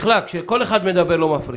בכלל, כשכל אחד מדבר לא מפריעים.